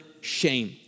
shame